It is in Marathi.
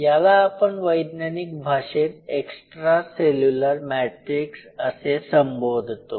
याला आपण वैज्ञानिक भाषेत एक्स्ट्रा सेल्युलर मॅट्रिक्स असे संबोधतो